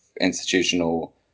institutional